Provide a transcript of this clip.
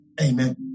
Amen